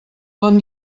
bon